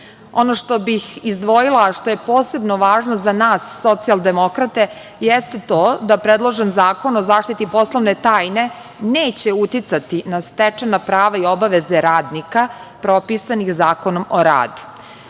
što bih izdvojila, što je posebno važno za na nas socijaldemokrate, jeste to da predložen Zakon o zaštiti poslovne tajne neće uticati na stečena prava i obaveze radnika propisanih Zakonom o radu.